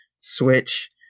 Switch